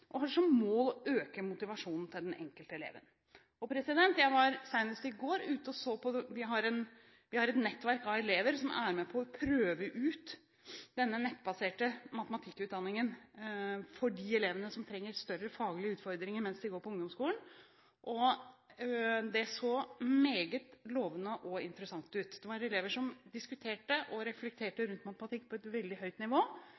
og har som mål å øke motivasjonen til den enkelte eleven. Jeg var senest i går ute og så på dette. Vi har et nettverk av elever som er med på å prøve ut denne nettbaserte matematikkutdanningen for de elevene som trenger større faglige utfordringer mens de går på ungdomsskolen. Det så meget lovende og interessant ut. Det var elever som diskuterte og reflekterte rundt matematikk på et veldig høyt nivå,